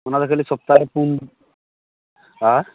ᱚᱱᱟ ᱫᱚ ᱠᱷᱟ ᱞᱤ ᱥᱚᱯᱛᱟᱦᱚ ᱨᱮ ᱯᱩᱱ ᱦᱮᱸ